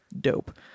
dope